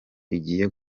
igiye